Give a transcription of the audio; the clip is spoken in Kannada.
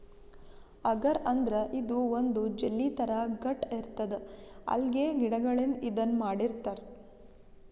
ಅಗರ್ ಅಂದ್ರ ಇದು ಒಂದ್ ಜೆಲ್ಲಿ ಥರಾ ಗಟ್ಟ್ ಇರ್ತದ್ ಅಲ್ಗೆ ಗಿಡಗಳಿಂದ್ ಇದನ್ನ್ ಮಾಡಿರ್ತರ್